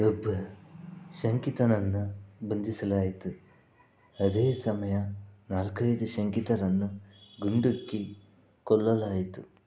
ಒಬ್ಬ ಶಂಕಿತನನ್ನು ಬಂಧಿಸಲಾಯಿತು ಅದೇ ಸಮಯ ನಾಲ್ಕೈದು ಶಂಕಿತರನ್ನು ಗುಂಡಿಕ್ಕಿ ಕೊಲ್ಲಲಾಯಿತು